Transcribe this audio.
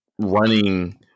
running